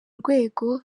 rwego